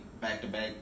back-to-back